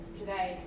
today